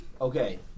Okay